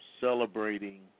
celebrating